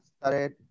started